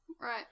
Right